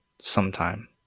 sometime